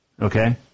Okay